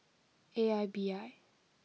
A I B I